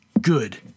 good